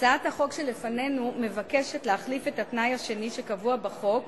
הצעת החוק שלפנינו מבקשת להחליף את התנאי השני שקבוע בחוק